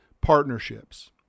partnerships